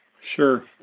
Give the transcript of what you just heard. Sure